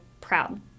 proud